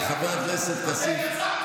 25 שנה זה לא היה ככה.